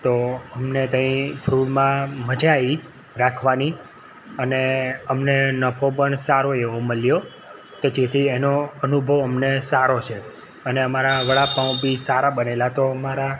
તો અમને ત્યાં ફૂડમાં મજા આવે રાખવાની અને અમને નફો પણ સારો એવો મળ્યો તે જેથી એનો અનુભવ અમને સારો છે અને અમારા વડાપાઉં બી સારા બનેલા તો અમારા